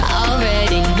already